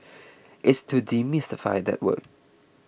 it's to demystify that word